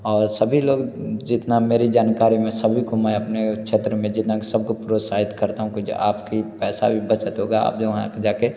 और सभी लोग जितनी मेरे जानकारी में सभी को मैं अपने क्षेत्र में जितना कि सब को प्रोत्साहित करता हूँ कि जो आप के पैसा भी बचत होगा आप भी वहाँ जा के